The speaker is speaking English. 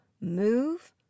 move